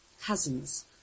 Cousins